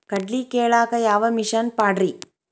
ಕಡ್ಲಿ ಕೇಳಾಕ ಯಾವ ಮಿಷನ್ ಪಾಡ್ರಿ?